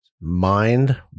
Mind